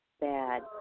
bad